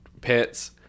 PITS